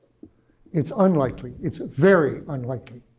it's unlikely. it's very unlikely.